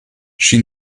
she